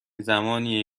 زمانیه